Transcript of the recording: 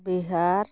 Bihar